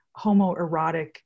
homoerotic